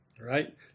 right